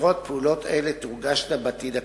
שפירות פעולות אלה יורגשו בעתיד הקרוב.